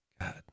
God